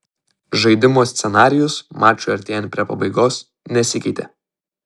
žaidimo scenarijus mačui artėjant prie pabaigos nesikeitė